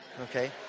Okay